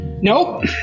Nope